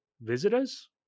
Visitors